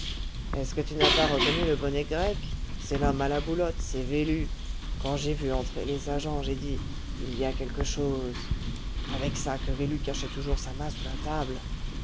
est-ce que tu n'as pas reconnu le bonnet grec c'est l'homme à la boulotte c'est vélu quand j'ai vu entrer les agents j'ai dit il y a quelque chose avec ça que vélu cachait toujours sa main sous la table